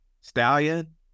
stallion